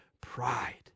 pride